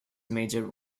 major